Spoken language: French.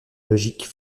logique